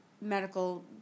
medical